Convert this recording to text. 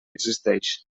existeix